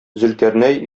зөлкарнәй